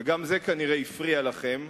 וגם זה כנראה הפריע לכם,